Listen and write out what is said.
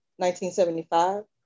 1975